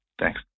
Thanks